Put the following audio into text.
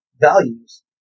values